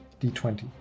d20